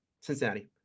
Cincinnati